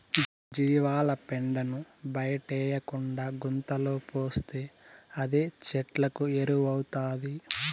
జీవాల పెండను బయటేయకుండా గుంతలో పోస్తే అదే చెట్లకు ఎరువౌతాది